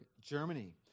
Germany